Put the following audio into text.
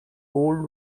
old